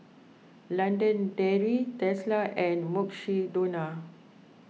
London Dairy Tesla and Mukshidonna